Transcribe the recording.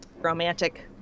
romantic